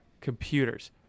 computers